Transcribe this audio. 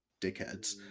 dickheads